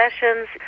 Sessions